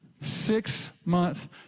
Six-month